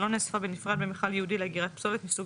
שלא נאספה בנפרד במכל ייעודי לאגירת פסולת מסוג